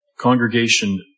Congregation